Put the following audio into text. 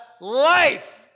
life